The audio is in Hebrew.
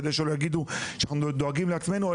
כדי שלא יגידו שאנחנו דואגים לעצמנו,